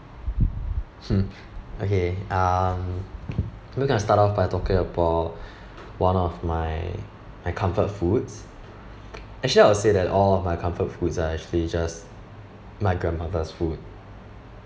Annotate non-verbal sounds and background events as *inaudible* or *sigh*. *laughs* okay um we can start off by talking about *breath* one of my my comfort foods *noise* actually I would say that all of my comfort foods are actually just my grandmother's food